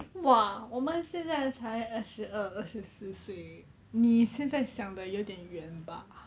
!wah! 我们现在才二十二二十四岁你现在想的有一点远吧